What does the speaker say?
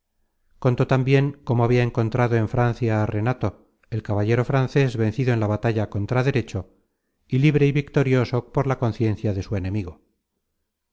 contó tambien cómo habia encontrado en francia á renato el caballero frances vencido en la batalla contra derecho y libre y victorioso por la conciencia de su enemigo